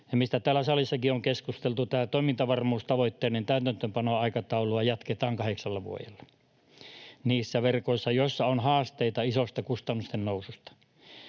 joista täällä salissakin on keskusteltu. Tätä toimintavarmuustavoitteiden täytäntöönpanoaikataulua jatketaan kahdeksalla vuodella niissä verkoissa, joissa on haasteita isosta kustannusten noususta.